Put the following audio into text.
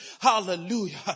Hallelujah